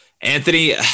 Anthony